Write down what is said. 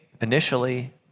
initially